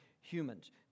humans